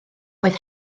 oedd